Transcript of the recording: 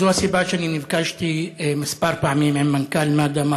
זו הסיבה לכך שנפגשתי כמה פעמים עם מנכ"ל מד"א,